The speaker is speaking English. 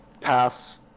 Pass